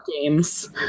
games